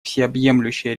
всеобъемлющая